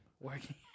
Working